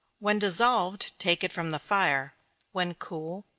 when dissolved, take it from the fire when cool,